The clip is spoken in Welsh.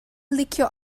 licio